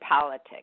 politics